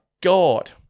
God